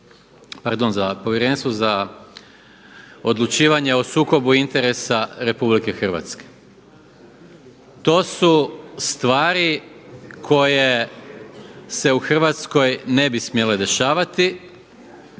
pardon Povjerenstvo za odlučivanje o sukobu interesa Republike Hrvatske. To su stvari koje se u Hrvatskoj ne bi smjele dešavati.